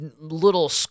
little